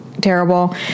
terrible